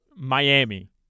Miami